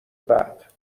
بعد